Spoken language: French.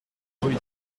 rue